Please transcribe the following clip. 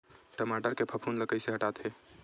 टमाटर के फफूंद ल कइसे हटाथे?